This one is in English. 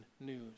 news